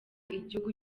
igihugu